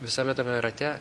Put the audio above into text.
visame tame rate